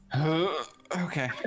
Okay